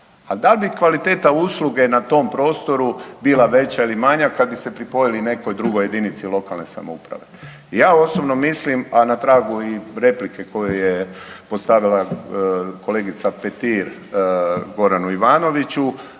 Da li bi kvaliteta usluge na tom prostoru bila veća ili manja kad bi se pripojili nekoj drugoj jedinici lokalne samouprave? Ja osobno mislim, a na tragu i replike koju je postavila kolegica Petir Goranu Ivanoviću